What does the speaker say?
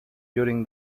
during